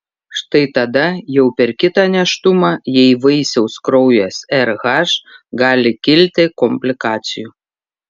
štai tada jau per kitą nėštumą jei vaisiaus kraujas rh gali kilti komplikacijų